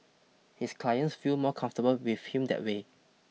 his clients feel more comfortable with him that way